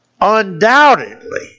undoubtedly